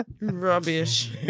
Rubbish